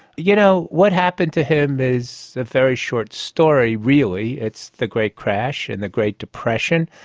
you know, what happened to him is a very short story, really. it's the great crash and the great depression,